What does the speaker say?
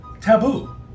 taboo